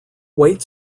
wait